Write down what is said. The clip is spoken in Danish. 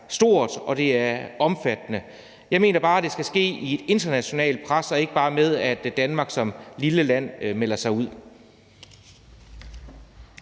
stort og omfattende. Jeg mener bare, det skal ske ved et internationalt pres og ikke bare, ved at Danmark som lille land melder sig ud.